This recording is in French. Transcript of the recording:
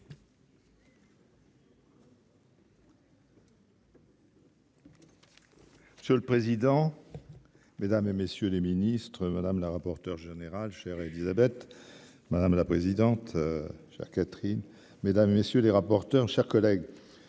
Monsieur le président, Mesdames et messieurs les Ministres, madame la rapporteure générale chère Élisabeth, madame la présidente, c'est-à-dire Catherine mesdames messieurs les rapporteurs, chers collègues